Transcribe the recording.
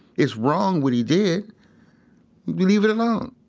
it's wrong, what he did leave it alone